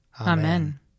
Amen